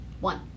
One